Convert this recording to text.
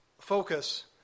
focus